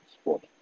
sport